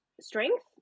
strength